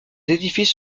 édifices